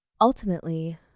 Ultimately